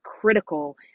critical